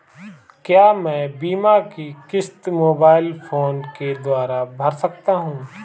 क्या मैं बीमा की किश्त मोबाइल फोन के द्वारा भर सकता हूं?